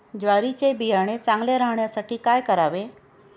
ज्वारीचे बियाणे चांगले राहण्यासाठी काय करावे?